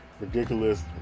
ridiculous